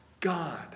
God